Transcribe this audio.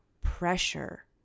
pressure